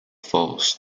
false